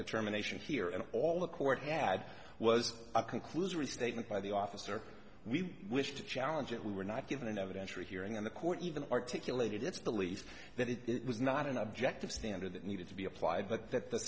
determination here and all the court had was a conclusion restatement by the officer we wish to challenge it we were not given an evidentiary hearing in the court even articulated its belief that it was not an objective standard that needed to be applied but that th